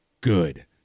good